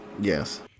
yes